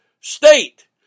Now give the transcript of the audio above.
state